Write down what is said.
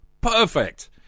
Perfect